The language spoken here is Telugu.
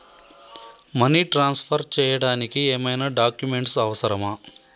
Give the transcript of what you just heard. మనీ ట్రాన్స్ఫర్ చేయడానికి ఏమైనా డాక్యుమెంట్స్ అవసరమా?